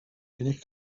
connect